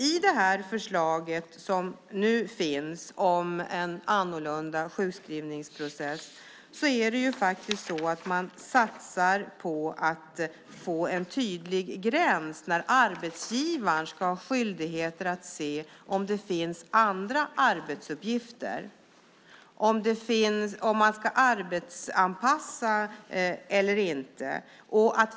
I förslaget om en annorlunda sjukskrivningsprocess satsar man på en tydlig gräns för när arbetsgivaren ska ha skyldigheter att se till att det finns andra arbetsuppgifter och om man ska arbetsplatsanpassa eller inte.